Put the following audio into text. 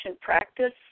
practice